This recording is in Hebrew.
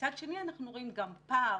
מצד שני אנחנו רואים גם פער,